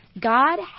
God